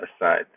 aside